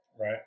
Right